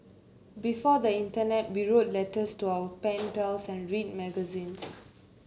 before the internet we wrote letters to our pen pals and read magazines